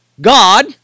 God